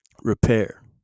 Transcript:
repair